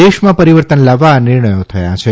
દેશમાં પરિવર્તન લાવવા આ નિર્ણયો થયા છે